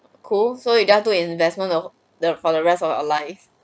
cool so you don't have to investment of the for the rest of your life